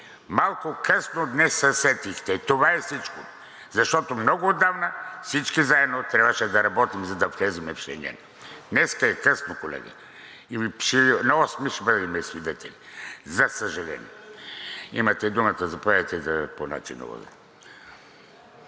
Малко късно днес се сетихте. Това е всичко! Защото много отдавна всички заедно трябваше да работим, за да влезем в Шенген. Днеска е късно, колеги! И на 8-и ще бъдем свидетели! За съжаление! Имате думата – заповядайте по начина на водене.